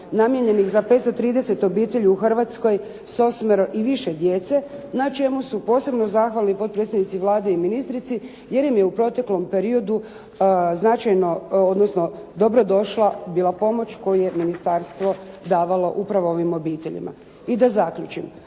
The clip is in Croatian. namijenjenih za 530 obitelji u Hrvatskoj s osmero i više djece, na čemu su posebno zahvalni potpredsjednici Vlade i ministrici, jer im je u proteklom periodu dobro došla bila pomoć koje je ministarstvo davalo upravo ovim obiteljima. I da zaključim,